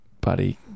Buddy